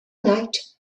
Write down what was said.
night